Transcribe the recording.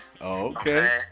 okay